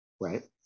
Right